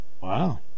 Wow